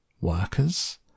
Workers